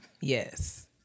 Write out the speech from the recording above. Yes